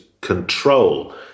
control